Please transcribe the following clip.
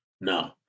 No